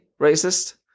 racist